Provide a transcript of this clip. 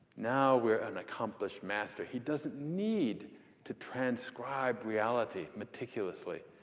now we're an accomplished master. he doesn't need to transcribe reality meticulously.